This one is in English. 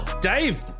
Dave